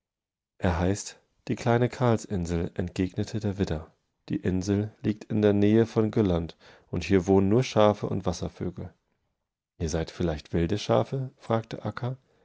er heißt die kleine karlsinsel entgegnetederwidder dieinselliegtindernähevongulland und hier wohnen nur schafe und wasservögel ihr seid vielleicht wilde schafe fragte